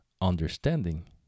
understanding